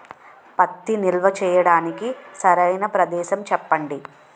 పత్తి నిల్వ చేయటానికి సరైన ప్రదేశం చెప్పండి?